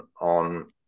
on